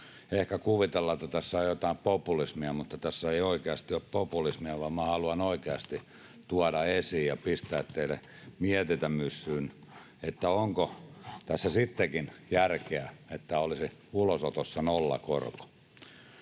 ehkä kuvitella, että tässä on jotain populismia, mutta tässä ei oikeasti ole populismia — että minä haluan oikeasti tuoda esiin ja pistää teille mietintämyssyyn sen, onko tässä sittenkin järkeä, että olisi ulosotossa nollakorko.